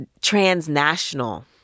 transnational